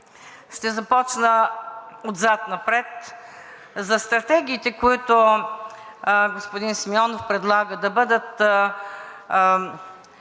Ще започна отзад напред. За стратегиите, които господин Симеонов предлага да бъдат